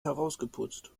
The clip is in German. herausgeputzt